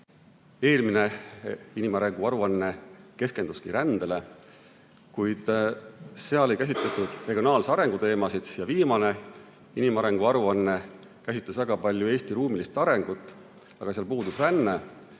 Eelmine inimarengu aruanne keskenduski rändele, kuid seal ei käsitletud regionaalse arengu teemasid, ja viimane inimarengu aruanne käsitles väga palju Eesti ruumilist arengut, aga sealt puudus ränne.